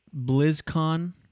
BlizzCon